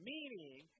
Meaning